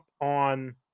on